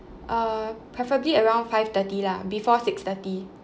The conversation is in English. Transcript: err preferably around five thirty lah before six thirty